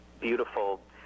beautiful